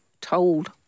told